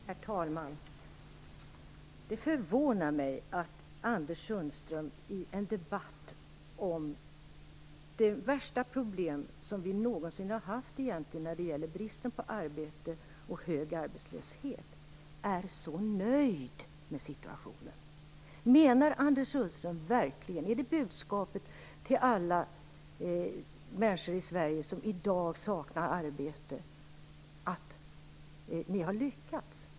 Herr talman! Det förvånar mig att Anders Sundström i en debatt om det värsta problem vi någonsin har haft, bristen på arbete och hög arbetslöshet, är så nöjd med situationen. Menar Anders Sundström verkligen - är det budskapet till alla människor i Sverige som i dag saknar arbete - att ni har lyckats?